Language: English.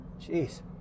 Jeez